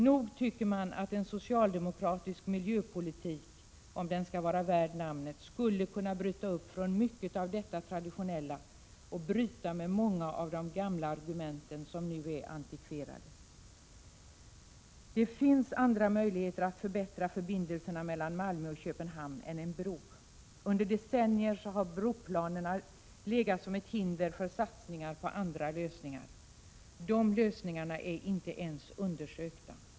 Nog tycker man att en socialdemokratisk miljöpolitik, om den skall vara värd namnet, skulle kunna bryta upp från mycket av detta traditionella och bryta med många av de tidigare argumenten, som nu är antikverade. Det finns andra möjligheter när det gäller att förbättra förbindelserna mellan Malmö och Köpenhamn än att bygga en bro. Under decennier har broplanerna legat som ett hinder för satsningar på andra lösningar. Dessa lösningar är inte ens undersökta.